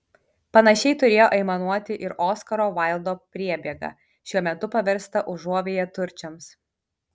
panašiai turėjo aimanuoti ir oskaro vaildo priebėga šiuo metu paversta užuovėja turčiams